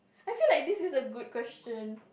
I feel like this is a good question